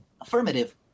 Affirmative